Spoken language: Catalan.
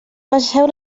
passeu